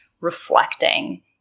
reflecting